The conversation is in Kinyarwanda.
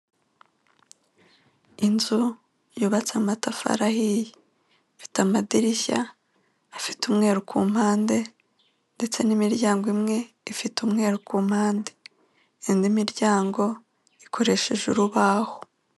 Inzu yubatse amatafari ahiye. Ifite amadirishya afite umweru ku mpande, ndetse n'imiryango imwe ifite umweru ku mpande. Indi miryango ikoresheje urubaho.